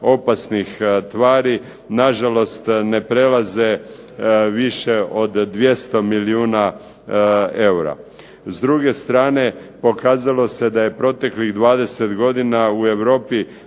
opasnih tvari nažalost ne prelaze više od 200 milijuna eura. S druge strane, pokazalo se da je proteklih 20 godina u Europi